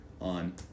on